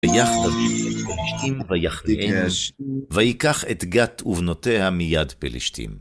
ויך דויד את פלשתים ויכניעם ויקח את גת ובנתיה מיד פלשתים.